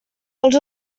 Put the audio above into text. els